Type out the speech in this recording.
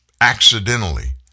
accidentally